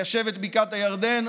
ליישב את בקעת הירדן,